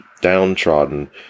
downtrodden